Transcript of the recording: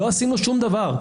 לא עשינו שום דבר.